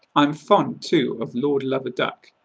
i'm fond, too, of lord luv a duck,